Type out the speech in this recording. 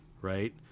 right